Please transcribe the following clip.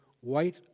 white